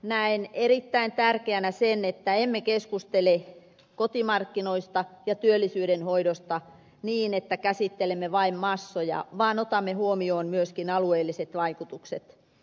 näen erittäin tärkeänä sen että emme keskustele kotimarkkinoista ja työllisyyden hoidosta niin että käsittelemme vain massoja vaan otamme huomioon myöskin alueelliset vaikutukset